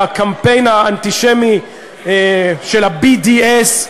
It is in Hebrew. הקמפיין האנטישמי של ה-BDS,